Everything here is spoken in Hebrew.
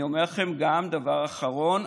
אני אומר לכם גם דבר אחרון.